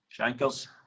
Shankles